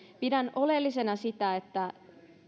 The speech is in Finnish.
pidän oleellisena sitä että